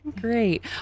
Great